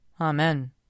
Amen